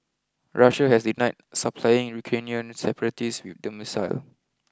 Russia has denied supplying Ukrainian separatists with the missile